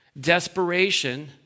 desperation